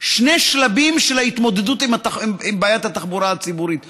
שני שלבים של ההתמודדות עם בעיית התחבורה הציבורית או,